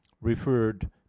referred